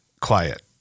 Quiet